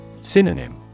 Synonym